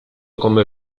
come